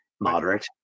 moderate